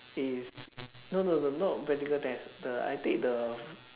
is no no no not practical test the I take the